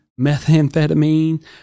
methamphetamine